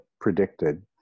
predicted